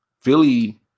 Philly